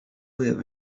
live